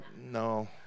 no